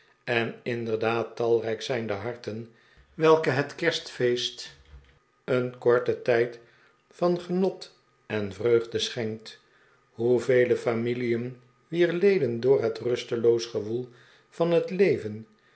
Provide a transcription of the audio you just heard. en inderdaad talrijk zijn de harten welken het kerstfeest een korten tijd van genot en vreugde schenkt hoevele familien wier leden door het rusteloos gewoel van het leven